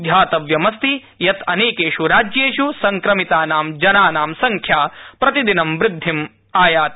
ध्यातव्यमस्ति यत अनेकेष् राज्येष् संक्रमितानां जनानां संख्या प्रतिदिनं वृद्धिमाअधिगच्छति